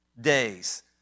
days